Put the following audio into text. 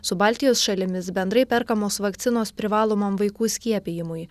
su baltijos šalimis bendrai perkamos vakcinos privalomam vaikų skiepijimui